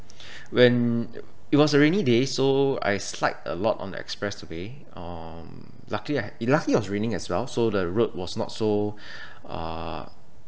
when it was a rainy day so I slide a lot on the expressway um lucky I it luckily it was running as well so the road was not so uh